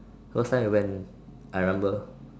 first time I went I remember